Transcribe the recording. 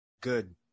Good